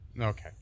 Okay